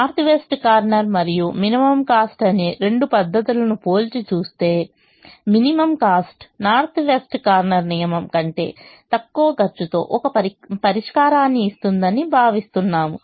north west corner మరియు minimum cost అనే రెండు పద్ధతులను పోల్చి చూస్తే minimum cost north west corner నియమం కంటే తక్కువ ఖర్చుతో ఒక పరిష్కారాన్ని ఇస్తుందని భావిస్తున్నాము